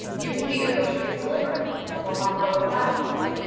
you can get your groceries delivered. we'll we'll talk about what that looks like.